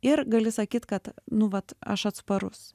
ir gali sakyt kad nu vat aš atsparus